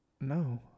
No